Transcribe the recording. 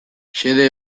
xede